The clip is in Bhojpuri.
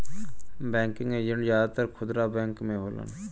बैंकिंग एजेंट जादातर खुदरा बैंक में होलन